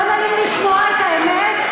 לא נעים לשמוע את האמת?